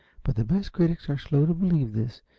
but the best critics are slow to believe this,